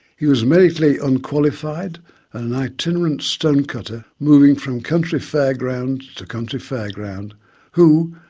he was medically unqualified and an itinerant stone cutter moving from country fair ground to country fair ground who,